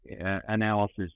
analysis